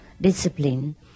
discipline